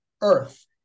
earth